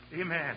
Amen